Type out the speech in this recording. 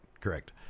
Correct